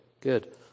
good